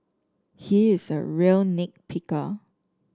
he is a real nit picker